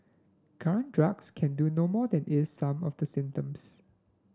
current drugs can do no more than ease some of the symptoms